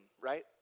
right